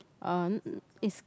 uh no no it's